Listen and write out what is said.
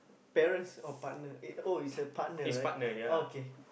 parents or partner eh oh it's a partner right okay